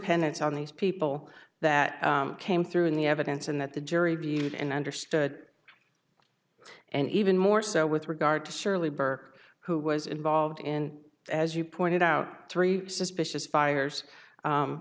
dependence on these people that came through in the evidence and that the jury viewed and understood and even more so with regard to surely burke who was involved in as you pointed out three suspicious fires